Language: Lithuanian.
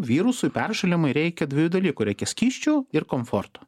virusui peršalimui reikia dviejų dalykų reikia skysčių ir komforto